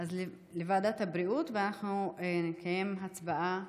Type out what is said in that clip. לוועדת הבריאות, ואנחנו נקיים הצבעה